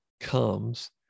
comes